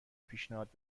پیشنهاد